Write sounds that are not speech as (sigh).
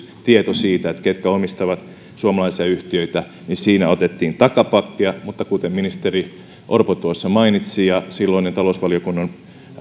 (unintelligible) tieto siitä ketkä omistavat suomalaisia yhtiöitä otettiin takapakkia kuten ministeri orpo tuossa mainitsi ja silloisen talousvaliokunnan